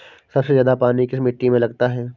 सबसे ज्यादा पानी किस मिट्टी में लगता है?